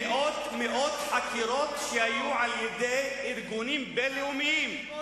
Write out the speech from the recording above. מאות חקירות על-ידי ארגונים בין-לאומיים,